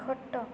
ଖଟ